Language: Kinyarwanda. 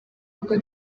kuko